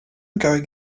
going